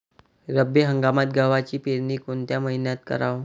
रब्बी हंगामात गव्हाची पेरनी कोनत्या मईन्यात कराव?